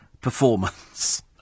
performance